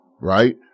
Right